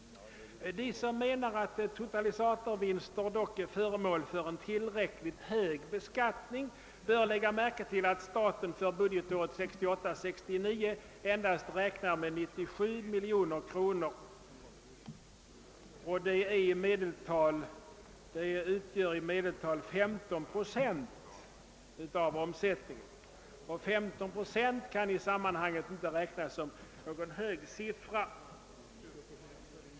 De som menar att totalisatorvinster dock är föremål för en tillräcklig hög beskattning bör lägga märke till att staten för budgetåret 1968/69 endast räknar med att 97 miljoner kronor skall inflyta, vilket i medeltal utgör 13 procent av omsättningen, och i sammanhanget inte kan anses vara någon hög siffra.